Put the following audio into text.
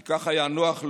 כי ככה היה נוח לו,